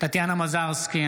טטיאנה מזרסקי,